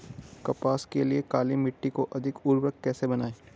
कपास के लिए काली मिट्टी को अधिक उर्वरक कैसे बनायें?